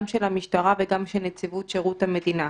גם של המשטרה וגם של נציבות שירות המדינה.